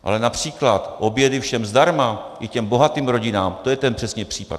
Ale například obědy všem zdarma, i těm bohatým rodinám, to je přesně ten případ.